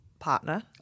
Partner